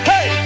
Hey